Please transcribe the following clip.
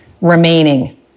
remaining